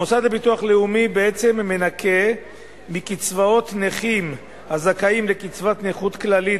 המוסד לביטוח לאומי בעצם מנכה מקצבאות נכים הזכאים לקצבת נכות כללית,